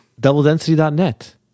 Doubledensity.net